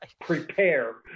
prepare